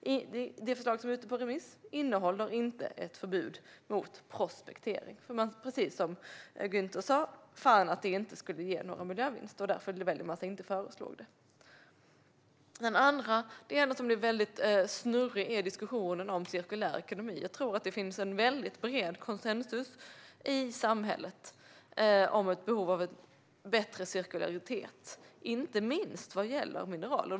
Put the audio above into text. Det förslag som är ute på remiss innehåller inte ett förbud mot prospektering. Precis som Gunther sa fann verket att det inte skulle ge någon miljövinst, och därför föreslås det inte. Den andra delen som blir väldigt snurrig är diskussionen om cirkulär ekonomi. Jag tror att det finns bred konsensus i samhället om ett behov av bättre cirkularitet, inte minst vad gäller mineraler.